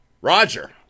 Roger